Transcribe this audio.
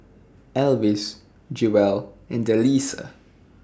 Elvis Jewell and Delisa